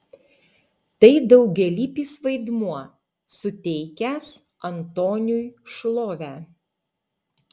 tai daugialypis vaidmuo suteikęs antoniui šlovę